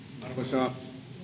arvoisa